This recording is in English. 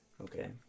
Okay